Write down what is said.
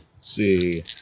See